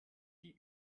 die